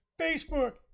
Facebook